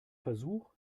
versuch